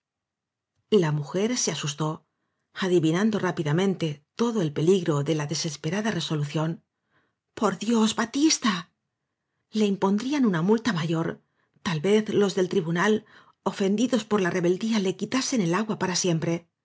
la mujer se asustó adivinando rápida mente todo el peligro de la desesperada re solución por dios batiste le impondrían una multa mayor tal vez los del tribunal ofen didos por la rebeldía le quitasen el agua para siempre